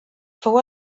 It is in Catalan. fou